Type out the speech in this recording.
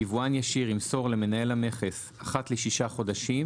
יבואן ישיר ימסור למנהל המכס אחת לשישה חודשים